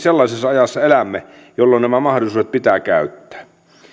sellaisessa ajassa jolloin nämä mahdollisuudet pitää käyttää